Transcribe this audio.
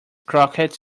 croquettes